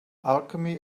alchemy